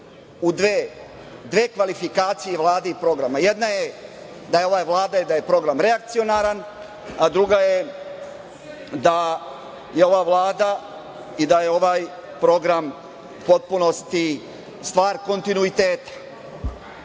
u dve kvalifikacije Vlade i programa. Jedna je da je program Vlade reakcionaran, a druga je da je ova Vlada i da je ovaj program u potpunosti stvar kontinuiteta. Kada